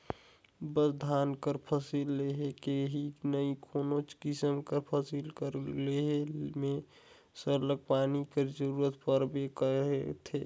बस धान कर फसिल लेहे में ही नई कोनोच किसिम कर फसिल कर लेहे में सरलग पानी कर जरूरत परबे करथे